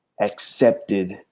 accepted